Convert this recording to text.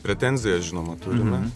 pretenziją žinoma turime